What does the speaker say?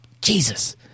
Jesus